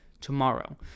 tomorrow